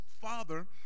father